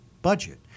budget